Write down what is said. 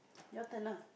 your turn ah